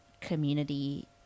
community